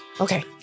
Okay